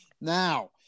Now